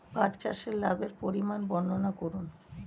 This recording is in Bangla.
পাঠ চাষের লাভের পরিমান বর্ননা করুন?